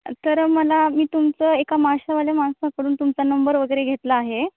तर मला मी तुमचं एका मासेवाल्या माणसाकडून तुमचा नंबर वगैरे घेतला आहे